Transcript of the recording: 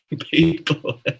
people